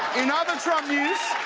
in other trump news,